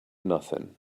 nothing